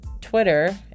twitter